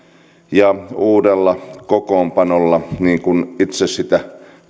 ja uudella kokoonpanolla niin kuin itse sitä